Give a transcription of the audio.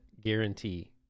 guarantee